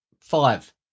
Five